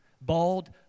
bald